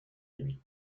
lui